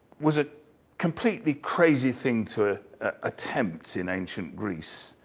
was a completely crazy thing to attempt in ancient greece.